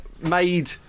made